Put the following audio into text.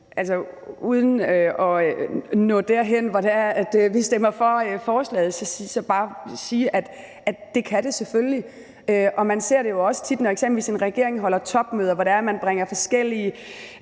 Uden at nå derhen, hvor det er, at vi stemmer for forslaget, vil jeg bare sige, at det kan det selvfølgelig. Og man ser det jo også tit, når eksempelvis en regering holder topmøde, hvor det er, at man bringer forskellige